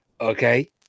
Okay